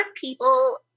people